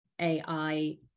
AI